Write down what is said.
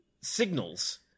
signals